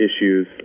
issues